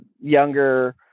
younger